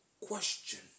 question